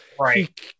right